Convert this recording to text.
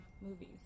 movies